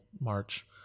March